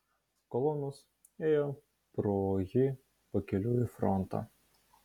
kolonos ėjo pro jį pakeliui į frontą